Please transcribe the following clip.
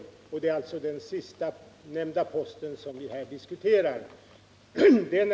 Det är den sista posten vi här diskuterar.